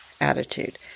attitude